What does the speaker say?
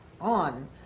on